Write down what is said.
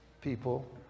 people